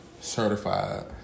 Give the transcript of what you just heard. Certified